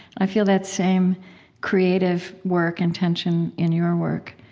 i feel that same creative work and tension in your work.